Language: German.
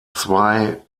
zwei